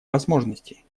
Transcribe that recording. возможностей